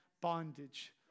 bondage